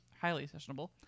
highly-sessionable